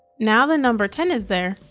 now the number ten is there,